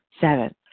Seven